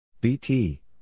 BT